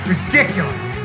Ridiculous